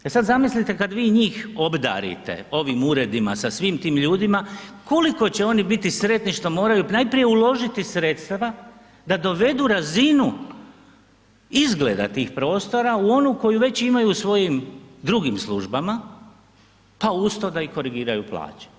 E sad zamislite kad vi njih obdarite ovim uredima sa svim tim ljudima koliko će oni biti sretni što moraju najprije uložiti sredstava da dovedu razinu izgleda tih prostora u onu koju već imaju u svojim drugim službama pa uz to da i korigiraju plaće.